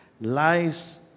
lies